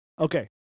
Okay